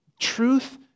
Truth